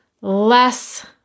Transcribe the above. less-